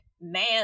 man